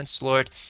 Lord